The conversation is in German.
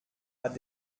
hat